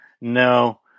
no